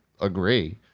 agree